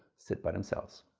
sit by themselves.